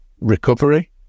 recovery